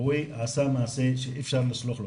רועי עשה מעשה שאי אפשר לסלוח לו.